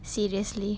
seriously